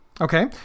Okay